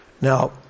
Now